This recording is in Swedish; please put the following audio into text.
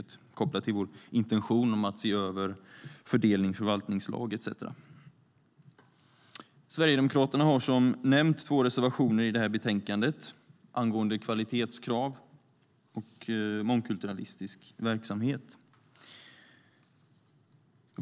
Det är kopplat till vår intention om att se över fördelning, förvaltningslag etcetera. Sverigedemokraterna har, som jag nämnt, två reservationer i detta betänkande. De handlar om kvalitetskrav och om mångkulturalistisk verksamhet.